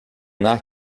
not